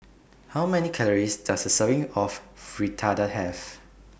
How Many Calories Does A Serving of Fritada Have